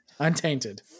untainted